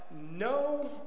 no